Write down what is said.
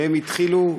והם התחילו,